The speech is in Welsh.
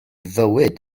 fywyd